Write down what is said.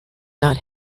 not